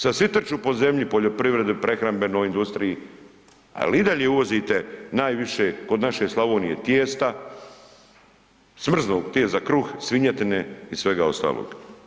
Sad svi trču po zemlji, poljoprivredi, prehrambenoj industriji, ali i dalje uvozite najviše kod naše Slavonije tijesta, smrznutog tijesta za kruh, svinjetine i svega ostalog.